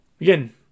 again